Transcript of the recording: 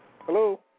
hello